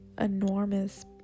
enormous